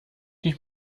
nicht